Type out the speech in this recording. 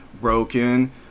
broken